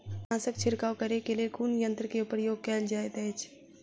कीटनासक छिड़काव करे केँ लेल कुन यंत्र केँ प्रयोग कैल जाइत अछि?